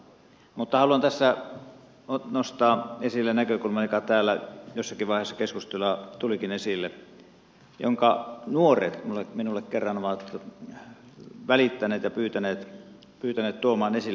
mutta haluan tässä nostaa esille näkökulman joka täällä jossakin vaiheessa keskustelua tulikin esille ja jonka nuoret minulle kerran ovat välittäneet ja pyytäneet tuomaan esille